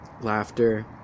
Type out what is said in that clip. laughter